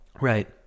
Right